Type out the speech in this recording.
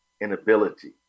inability